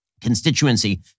constituency